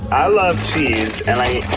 i love cheese and i